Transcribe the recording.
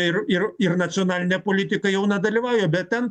ir ir ir nacionalinė politika jau nedalyvauja bet ten